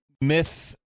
myth